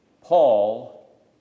Paul